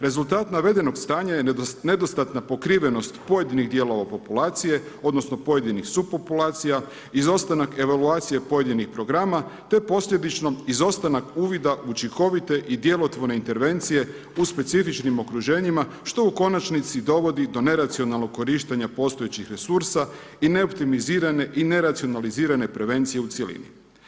Rezultat navedenog stanja je nedostatna pokrivenost pojedinih dijelova populacije odnosno pojedinih supopulacija, izostanak evaluacija pojedinih programa te posljedično izostanak uvida učinkovite i djelotvorne intervencije u specifičnim okruženjima što u konačnici dovodi do neracionalnog korištenja postojećih resursa i ne optimizirane i ne racionalizirane prevencije u cjelini.